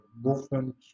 movement